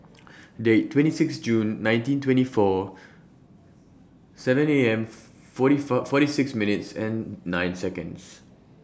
Date twenty six June nineteen twenty four seven A M forty four forty six minutes and nine Seconds